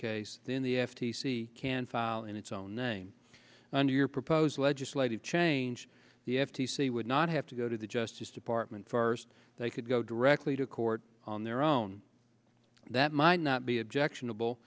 case then the f t c can file in its own name under your proposed legislative change the f t c would not have to go to the justice department first they could go directly to court on their own that might not be objectionable